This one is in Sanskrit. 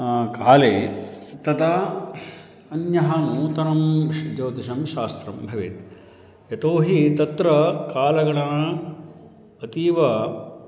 काले तदा अन्यः नूतनं श् ज्योतिषं शास्त्रं भवेत् यतोहि तत्र कालगणना अतीव